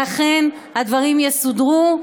ואכן הדברים יסודרו.